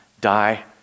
die